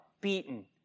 beaten